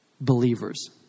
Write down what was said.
believers